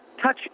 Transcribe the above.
touch